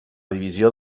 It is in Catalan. divisió